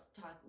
Talk